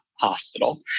hospital